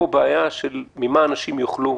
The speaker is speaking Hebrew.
יש פה בעיה של מה אנשים יאכלו,